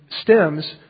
stems